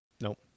Nope